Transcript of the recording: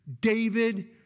David